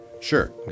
Sure